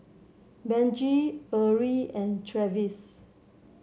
Benji Erie and Travis